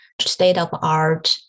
state-of-art